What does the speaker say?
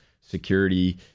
security